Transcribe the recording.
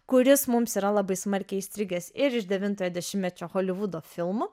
kuris mums yra labai smarkiai įstrigęs ir iš devintojo dešimtmečio holivudo filmų